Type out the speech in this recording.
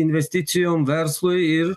investicijom verslui ir